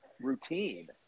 routine